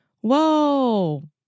Whoa